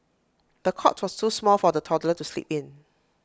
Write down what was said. the cot was too small for the toddler to sleep in